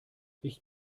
ich